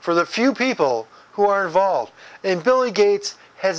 for the few people who are involved in billing gates has